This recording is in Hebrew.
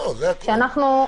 ושאנחנו,